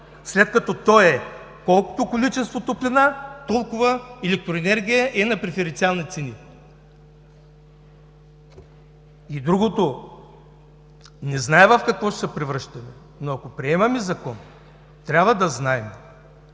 след като то е колкото количество топлина, толкова електроенергия и на преференциални цени? И другото, не зная в какво ще се превръщаме, но, ако приемаме закон, трябва да знаем